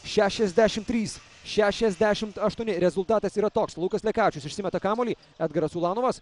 šešiasdešim trys šešiasdešim aštuoni rezultatas yra toks lukas lekavičius išsimeta kamuolį edgaras ulanovas